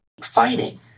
fighting